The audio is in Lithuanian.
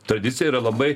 tradicija yra labai